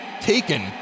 taken